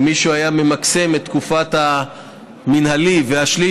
שאם מישהו היה ממקסם את תקופת המינהלי והשליש,